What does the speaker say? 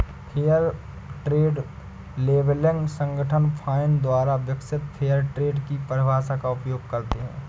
fair trade labelling संगठन fine द्वारा विकसित फेयर ट्रेड की परिभाषा का उपयोग करते हैं